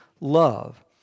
love